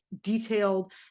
detailed